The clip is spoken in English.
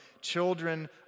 children